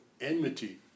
enmity